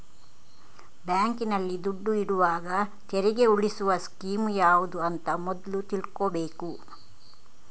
ಬ್ಯಾಂಕಿನಲ್ಲಿ ದುಡ್ಡು ಇಡುವಾಗ ತೆರಿಗೆ ಉಳಿಸುವ ಸ್ಕೀಮ್ ಯಾವ್ದು ಅಂತ ಮೊದ್ಲು ತಿಳ್ಕೊಬೇಕು